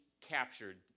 captured